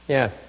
Yes